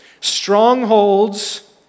Strongholds